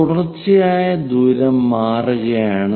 തുടർച്ചയായി ദൂരം മാറുകയാണ്